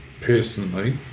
personally